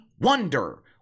wonder